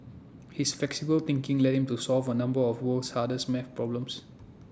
his flexible thinking led him to solve A number of the world's hardest math problems